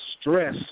stress